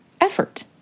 effort